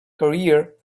career